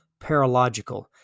paralogical